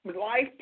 Life